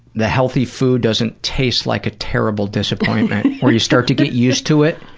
the healthy food doesn't taste like a terrible disappointment or you start to get used to it